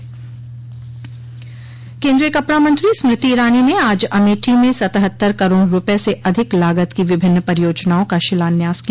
केन्द्रीय कपड़ा मंत्री स्मृति ईरानी ने आज अमेठी में सतहत्तर करोड़ रूपये से अधिक लागत की विभिन्न परियोजनाओं का शिलान्यास किया